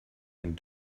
and